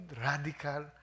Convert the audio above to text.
radical